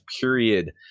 period